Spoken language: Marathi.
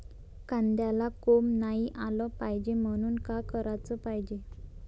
कांद्याला कोंब नाई आलं पायजे म्हनून का कराच पायजे?